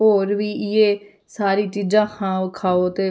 होर बी इ'यै सारी चीजां खांओ खाओ ते